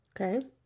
okay